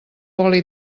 oli